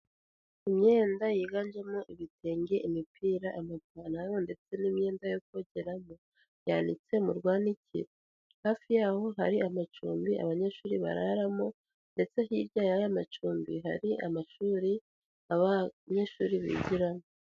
Imyenda yiganjemo ibitenge, imipira, amapantaro ndetse n'imyenda yo kogeramo yanitse mu rwanikiro, hafi yaho hari amacumbi abanyeshuri bararamo, ndetse hirya y'ayo macumbi hari amashuri abanyeshuri bigiramo.